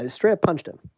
i straight up punched him,